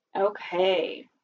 Okay